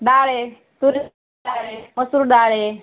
डाळ आहे तुरीची डाळ आहे मसुर डाळ आहे